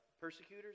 persecutors